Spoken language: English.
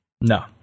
No